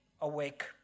awake